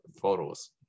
photos